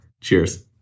cheers